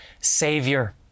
savior